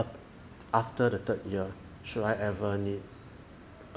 after the third year should I ever need